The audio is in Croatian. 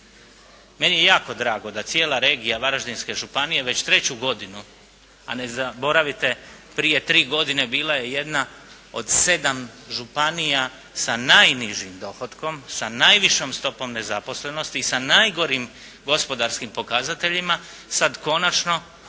Meni je jako drago da cijela regija Varaždinske županije već treću godinu, a ne zaboravite prije tri godine bila je jedna od sedam županija sa najnižim dohotkom, sa najvišom stopom nezaposlenosti, sa najgorim gospodarskim pokazateljima sad konačno nakon